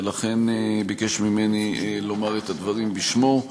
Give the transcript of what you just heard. ולכן ביקש ממני לומר את הדברים בשמו.